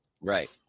right